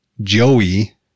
Joey